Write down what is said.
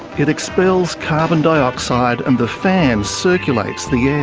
it expels carbon dioxide, and the fan circulates the air.